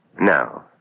No